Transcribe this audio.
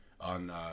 on